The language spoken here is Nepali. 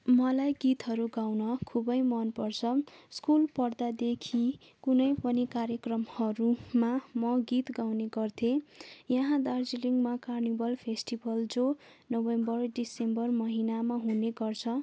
मलाई गीतहरू गाउन खुबै मनपर्छ स्कुल पढ्दादेखि कुनै पनि कार्यक्रमहरूमा म गीत गाउने गर्थेँ यहाँ दार्जीलिङमा कार्निभल फेस्टिभल जो नोभेम्बर दिसम्बर महिनामा हुने गर्छ